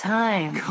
time